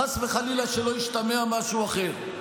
חס וחלילה שלא ישתמע משהו אחר,